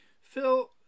Phil